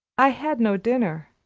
i had no dinner,